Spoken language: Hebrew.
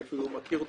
אני לא מכיר אותו,